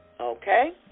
Okay